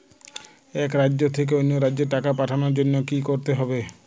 এক রাজ্য থেকে অন্য রাজ্যে টাকা পাঠানোর জন্য কী করতে হবে?